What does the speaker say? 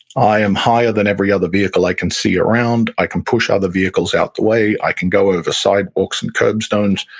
i am higher than every other vehicle. i can see around. i can push other vehicles out the way. i can go over sidewalks and curbstones.